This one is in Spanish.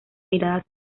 miradas